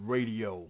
Radio